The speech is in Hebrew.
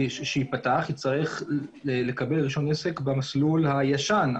שייפתח יצטרך לקבל רישיון עסק במסלול הישן,